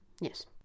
Yes